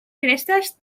crestes